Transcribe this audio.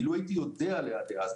אילו הייתי יודע עליה אז,